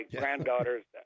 granddaughter's